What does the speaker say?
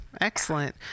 Excellent